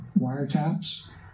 wiretaps